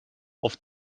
auf